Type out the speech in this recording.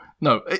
no